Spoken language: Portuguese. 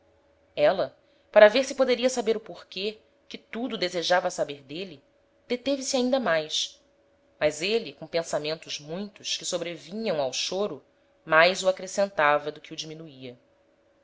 éla para vêr se poderia saber o porquê que tudo desejava saber d'êle deteve-se ainda mais mas êle com pensamentos muitos que sobrevinham ao choro mais o acrescentava do que o diminuia